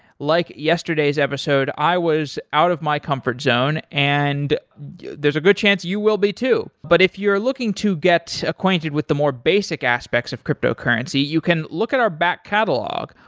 like yesterday's episode, i was out of my comfort zone and there's a good chance that you will be too. but if you're looking to get acquainted with the more basic aspects of cryptocurrency, you can look at our back catalog.